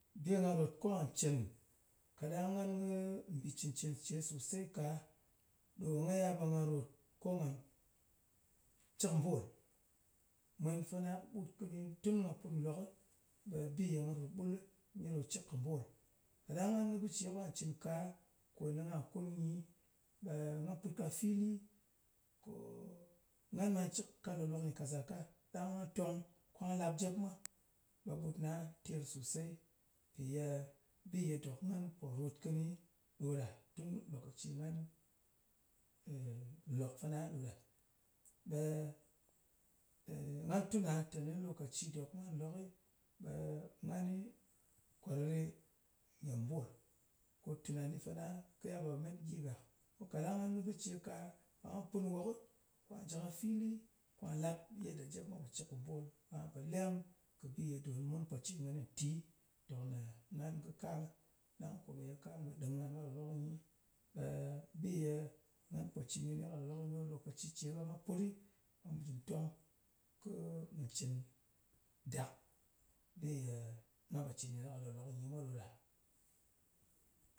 Bi nga rot ko nga cɨn kaɗang ngan kɨ mbì cɨn-cɨn ce sosei ka ɗo nga yal ɓe nga ròt ko nga cɨk mbwol. mun fana kɨɓut kɨni tun nga put nlokɨ, ɓe bi ye nga ròt ɓut ɗo cɨk kɨ mbwol. Kaɗang ngan kɨ bɨ ce ko nga cɨn ka, ko ye nga kut ɗɨ, ɓe nga put ka fili, ko, ngan ɓà cɨk ka lòklok nyɨ ka zaka. Ɗang nga tong ko nga lap jep mwa ɓe ɓutna ter sosey. mpì ye bi ye dòk ngan pò ròt kɨni ɗo ɗa. Bi ye po cɨn kɨ ngan nwòk fana ɗo ɗa. Nga tuna teni lokaci dòk ngan nlòkɨ, ɓe ngani gyem mbwol. Tunani fana kɨ yal ɓe kɨ met gyi ràt. Ko kaɗang ngan kɨ bɨ ce ka, ɓe nga put nwokɨ, kà jɨ ka fili, kà lap bi ye jep mwa pò cɨn kɨni, ɓe nga po leng kɨ bi ye dòk mu pò cɨn kɨnɨ nti, kone ngan kɨ kam. Ɗang ko ye kam kɨ ɗɨm ngan ka lòk-lok nyi, ɓe bi ye nga pò cɨn kɨnɨ kà lòk-lok nyi ɓe lokaci ce ɓe nga put ɗɨ ɓù jù tong ko mù cɨn dak. Bi ye nga pò cɨn kɨnɨ ka lòk-lok nyi mwa ɗo ɗa.